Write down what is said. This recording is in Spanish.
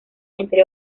entre